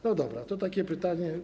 No dobra, to takie pytanie.